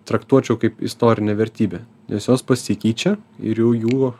traktuočiau kaip istorinė vertybė nes jos pasikeičia ir jau jų